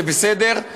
זה בסדר.